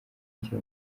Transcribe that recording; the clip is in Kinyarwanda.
nshya